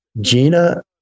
gina